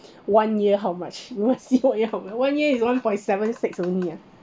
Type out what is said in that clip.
one year how much you want see one year how much one year is one point seven six only ah